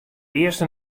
earste